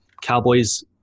Cowboys